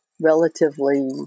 relatively